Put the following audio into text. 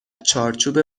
چارچوب